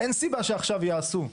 אין סיבה שעכשיו יעשו.